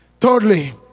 Thirdly